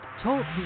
talk